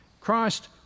Christ